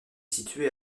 située